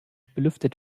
belüftet